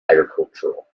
agricultural